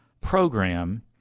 program